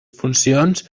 funcions